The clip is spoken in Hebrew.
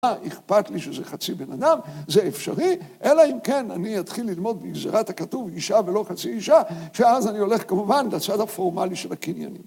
אכפת לי שזה חצי בן אדם, זה אפשרי, אלא אם כן אני אתחיל ללמוד בגזירת הכתוב, אישה ולא חצי אישה, שאז אני הולך כמובן לצד הפורמלי של הקניינים.